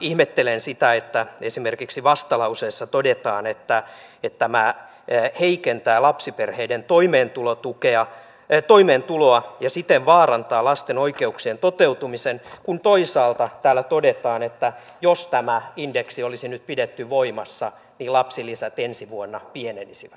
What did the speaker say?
ihmettelen sitä että esimerkiksi vastalauseessa todetaan että tämä heikentää lapsiperheiden toimeentuloa ja siten vaarantaa lasten oikeuksien toteutumisen kun toisaalta täällä todetaan että jos tämä indeksi olisi nyt pidetty voimassa niin lapsilisät ensi vuonna pienenisivät